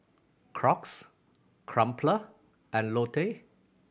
Crocs Crumpler and Lotte